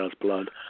blood